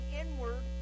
inward